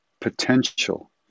potential